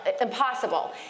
impossible